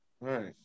Right